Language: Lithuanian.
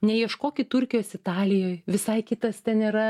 neieškokit turkijos italijoj visai kitas ten yra